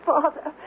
Father